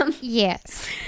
Yes